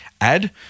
add